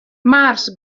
març